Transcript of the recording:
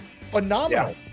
Phenomenal